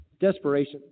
desperation